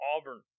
Auburn